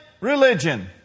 religion